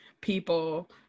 people